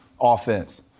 offense